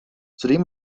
zudem